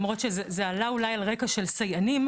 למרות שזה עלה אולי על רקע של סייענים,